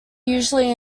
usually